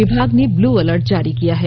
विभाग ने blue alert जारी किया है